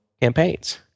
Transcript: campaigns